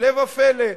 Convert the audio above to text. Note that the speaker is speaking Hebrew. הפלא ופלא.